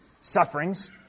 sufferings